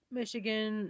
Michigan